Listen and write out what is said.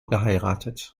geheiratet